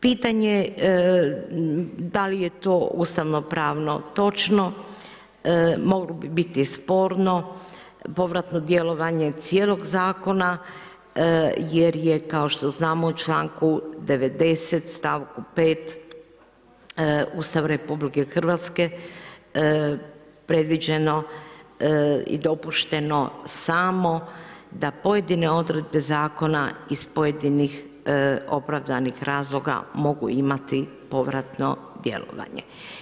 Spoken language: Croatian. Pitanje da li je to ustavno pravno točno, moglo bi biti sporno povratno djelovanje cijelog Zakona jer je kao što znamo, u čl. 90., st. 5. Ustav RH predviđeno i dopušteno samo da pojedine odredbe Zakona iz pojedinih opravdanih razloga mogu imati povratno djelovanje.